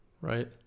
Right